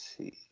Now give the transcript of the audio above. see